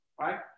Right